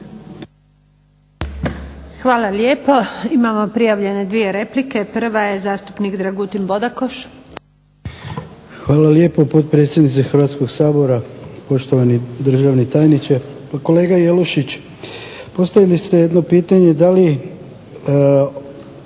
Hvala lijepo. Imamo prijavljene dvije replike. Prva je zastupnik Dragutin Bodakoš. **Bodakoš, Dragutin (SDP)** Hvala lijepo potpredsjednice Hrvatskog sabor. Poštovani državni tajniče. Pa kolega Jelušić postavili ste jedno pitanje da li